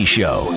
Show